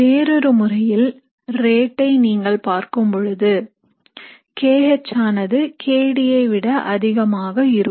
வேறொரு முறையில் ரேட்டை நீங்கள் பார்க்கும் பொழுது kH ஆனது kD ஐ விட அதிகமாக இருக்கும்